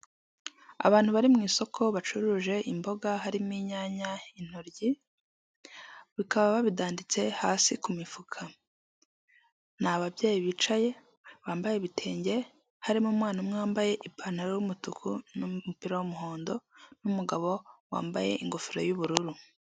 Abantu bari mu isoko bacuruje imboga harimo inyanya, intoryi bikaba babidanditse hasi ku mifuka, ni ababyeyi bicaye bambaye ibitenge harimo umwana umwe wambaye ipantaro y'umutuku n'umupira w'umuhondo n'umugabo wambaye ingofero y'ubururu.